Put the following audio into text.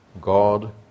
God